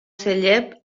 celler